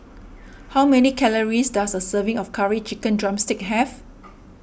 how many calories does a serving of Curry Chicken Drumstick have